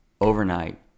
overnight